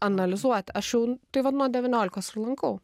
analizuot aš jau tai va nuo devyniolikos lankau